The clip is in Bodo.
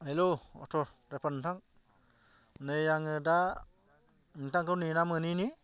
हेलौ अट' ड्राइभार नोंथां नै आङो दा नोंथांखौ नेना मोनैनि